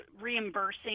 reimbursing